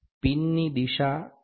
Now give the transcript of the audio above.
પિનની દિશા આની જેમ છે